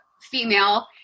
female